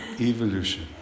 Evolution